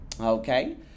okay